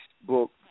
book